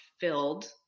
filled